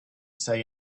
say